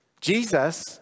Jesus